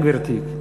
גברתי,